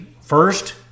first